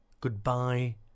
goodbye